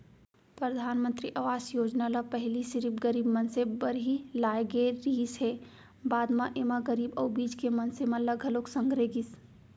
परधानमंतरी आवास योजना ल पहिली सिरिफ गरीब मनसे बर ही लाए गे रिहिस हे, बाद म एमा गरीब अउ बीच के मनसे मन ल घलोक संघेरे गिस